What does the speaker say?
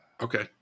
Okay